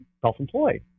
self-employed